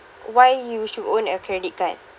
why you should own a credit card